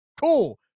cool